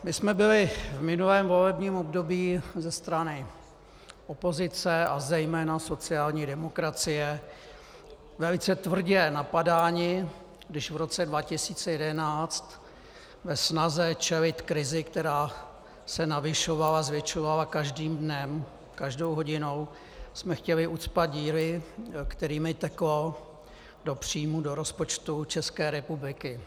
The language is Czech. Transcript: My jsme byli v minulém volebním období ze strany opozice a zejména sociální demokracie velice tvrdě napadáni, když v roce 2011 ve snaze čelit krizi, která se navyšovala, zvětšovala každým dnem, každou hodinou, jsme chtěli ucpat díry, kterými teklo do příjmů do rozpočtu České republiky.